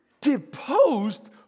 deposed